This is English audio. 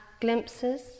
glimpses